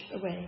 away